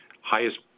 highest